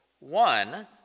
One